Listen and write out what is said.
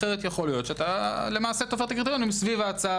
אחרת יכול להיות שאתה תופר את הקריטריונים סביב ההצעה.